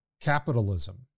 capitalism